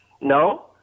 No